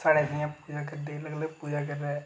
साढ़ै इत्थै जियां पूजा करदे अलग अलग पूजा करने दे